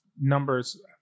numbers